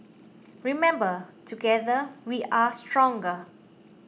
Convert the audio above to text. remember together we are stronger